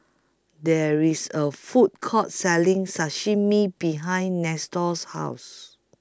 There IS A Food Court Selling Sashimi behind Nestor's House